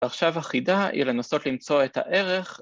‫עכשיו החידה היא לנסות למצוא את הערך.